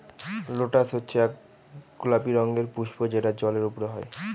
lotus হচ্ছে এক গোলাপি রঙের পুস্প যেটা জলের ওপরে হয়